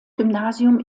gymnasium